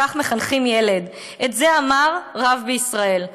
וכך מחנכים ילד" את זה אמר רב בישראל,